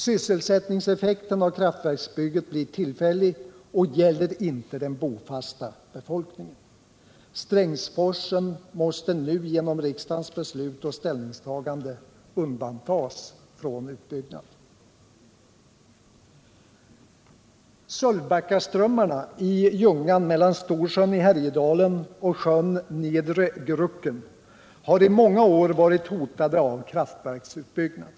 Sysselsättningseffekten av kraftverksbygget blir tillfällig Torsdagen den och gäller inte den bofasta befolkningen. Strängsforsen måste nu genom = 15 december 1977 riksdagens beslut och ställningstagande undantas från utbyggnad. Sölvbackaströmmarna i Ljungan mellan Storsjön i Härjedalen och sjön — Den fysiska Nedre Grucken har i många år varit hotade av kraftverksutbyggnad.